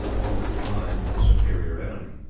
or when flying from a superior enemy.